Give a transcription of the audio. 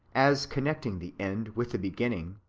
as connecting the end with the beginning,